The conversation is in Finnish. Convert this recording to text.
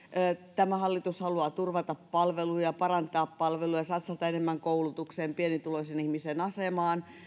tämä hallitus haluaa turvata palveluja parantaa palveluja satsata enemmän koulutukseen pienituloisen ihmisen asemaan